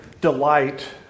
delight